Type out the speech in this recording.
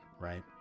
right